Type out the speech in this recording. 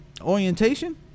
Orientation